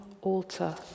altar